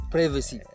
Privacy